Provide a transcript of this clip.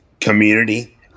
community